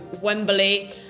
Wembley